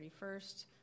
31st